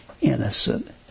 innocent